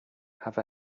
have